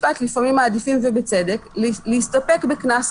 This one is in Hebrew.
בנזק המלך.